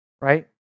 right